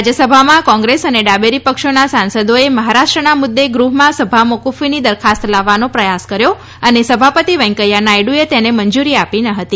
રાજ્યસભામાં કોંગ્રેસ અને ડાબેરી પક્ષોના સાંસદોએ મહારાષ્ટ્રના મુદ્દે ગૃહમાં સભા મોકુફીની દરખાસ્ત લાવવાનો પ્રયાસ કર્યો અને સભાપતિ વેંકૈયા નાયડુએ તેને મંજૂરી આપી ન હતી